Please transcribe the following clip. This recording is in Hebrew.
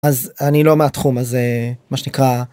אז אני לא מהתחום הזה מה שנקרא.